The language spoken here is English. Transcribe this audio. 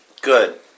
Good